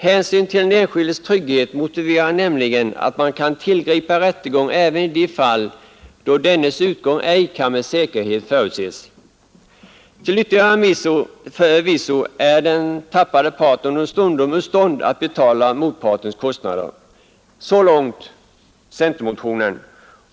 Hänsyn till den enskildes trygghet motiverar nämligen att man kan tillgripa rättegång även i de fall då dennas utgång ej kan med säkerhet förutses. Till yttermera visso är den tappande parten understundom ur stånd att betala motpartens kostnader.” Så långt centermotionen.